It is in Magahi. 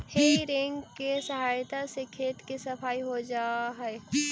हेइ रेक के सहायता से खेत के सफाई हो जा हई